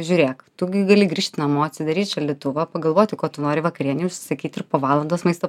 žiūrėk tu gi gali grįžt namo atsidaryt šaldytuvą pagalvoti ko tu nori vakarienei užsakyt ir po valandos maisto